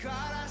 God